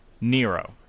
Nero